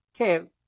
okay